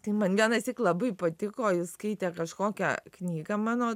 tai man vienąsyk labai patiko jis skaitė kažkokią knygą mano